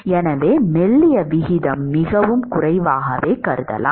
எனவே மெல்லிய விகிதம் மிகவும் குறைவாகவே கருதலாம்